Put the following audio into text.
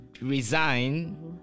resign